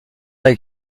avec